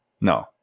No